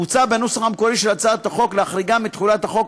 הוצע בנוסח המקורי של הצעת החוק להחריגם מתחולת החוק,